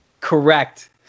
Correct